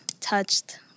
touched